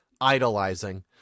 idolizing